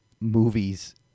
movies